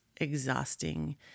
exhausting